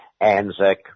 Anzac